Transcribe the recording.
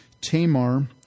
Tamar